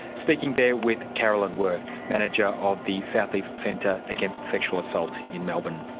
speaking there with carolyn worth, manager of the south eastern centre against sexual assault in melbourne.